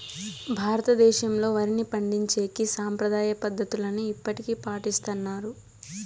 భారతదేశంలో, వరిని పండించేకి సాంప్రదాయ పద్ధతులనే ఇప్పటికీ పాటిస్తన్నారు